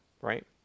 right